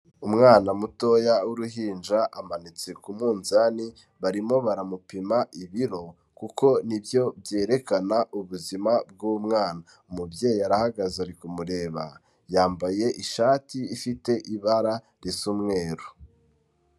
Umwana mutoya w'uruhinja amanitse ku munzani, barimo baramupima ibiro kuko nibyo byerekana ubuzima bw'umwana, umubyeyi arahagaze ari kumureba yambaye ishati ifite ibara risa umweru.